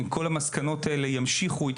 אבל צריך להמשיך ולהשקיע בו ככל האפשר.